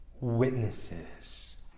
witnesses